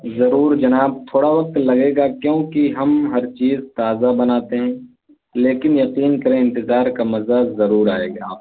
ضرور جناب تھوڑا وقت لگے گا کیونکہ ہم ہر چیز تازہ بناتے ہیں لیکن یقین کریں انتظار کا مزہ ضرور آئے گا آپ کو